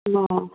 অঁ